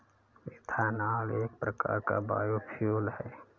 ethanol एक प्रकार का बायोफ्यूल है